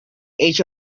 age